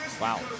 Wow